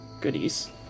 goodies